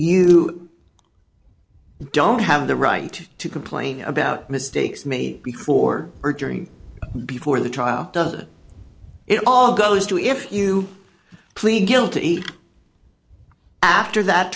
you don't have the right to complain about mistakes made before or during before the trial does it all goes to if you plead guilty after that